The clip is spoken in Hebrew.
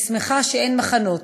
אני שמחה שאין מחנות,